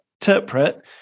Interpret